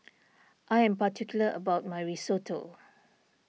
I am particular about my Risotto